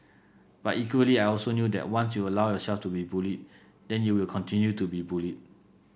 but equally I also knew that once you allow yourself to be bullied then you will continue to be bullied